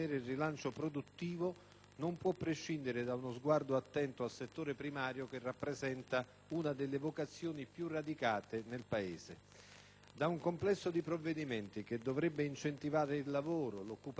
non può prescindere da uno sguardo attento al settore primario, che rappresenta una delle vocazioni più radicate nel Paese. Da un complesso di provvedimenti che dovrebbe incentivare il lavoro, l'occupazione, l'impresa e